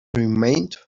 remained